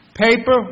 Paper